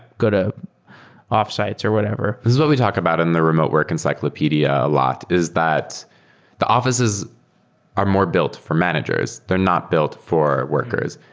go to offsites or whatever. this is what we talk about in the remote work encyclopedia a lot, is that the offi ces are more built for managers. they're not built for workers.